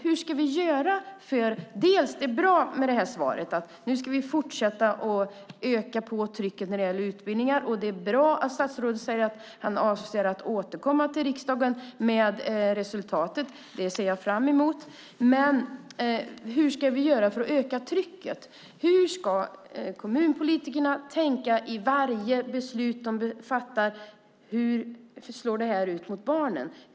Det som är bra i svaret är att det står att vi ska fortsätta öka trycket när det gäller utbildningar. Det är bra att statsrådet säger att han avser att återkomma till riksdagen med resultatet. Det ser jag fram emot. Men hur ska vi göra för att öka trycket? Hur ska kommunpolitikerna vid varje beslut tänka på hur det slår för barnen?